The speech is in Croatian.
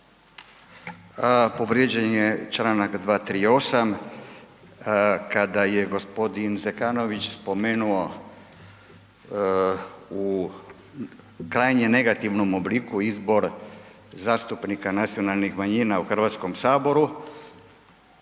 Povrijeđen je čl. 238. kada je g. Zekanović spomenuo u krajnje negativnom obliku izbor zastupnika nacionalnih manjina u HS-u koji